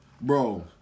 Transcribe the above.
Bro